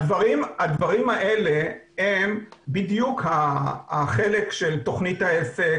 הדברים האלה הם בדיוק החלק של תוכנית העסק,